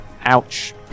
Ouch